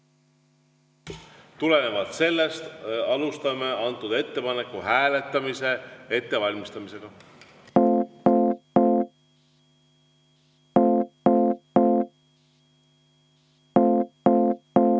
Tulenevalt sellest alustame antud ettepaneku hääletamise ettevalmistamist. Head